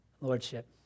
lordship